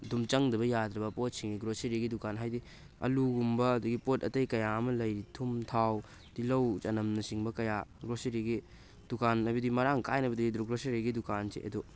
ꯑꯗꯨꯝ ꯆꯪꯗꯕ ꯌꯥꯗ꯭ꯔꯕ ꯄꯣꯠꯁꯤꯡꯅꯤ ꯒ꯭ꯔꯣꯁꯔꯤꯒꯤ ꯗꯨꯀꯥꯟ ꯍꯥꯏꯗꯤ ꯑꯂꯨꯒꯨꯝꯕ ꯑꯗꯒꯤ ꯄꯣꯠ ꯑꯇꯩ ꯀꯌꯥ ꯑꯃ ꯂꯩꯔꯤ ꯊꯨꯝ ꯊꯥꯎ ꯇꯤꯜꯍꯧ ꯆꯅꯝꯅꯆꯤꯡꯕ ꯀꯌꯥ ꯒ꯭ꯔꯣꯁꯔꯤꯒꯤ ꯗꯨꯀꯥꯟ ꯍꯥꯏꯕꯗꯤ ꯃꯔꯥꯡ ꯀꯥꯏꯅꯕꯨꯗꯤ ꯒ꯭ꯔꯣꯁꯔꯤꯒꯤ ꯗꯨꯀꯥꯟꯁꯤ ꯑꯗꯨ